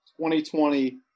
2020